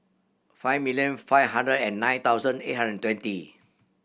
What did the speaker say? five million five hundred and nine thousand eight hundred thirty